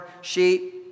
sheep